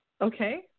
Okay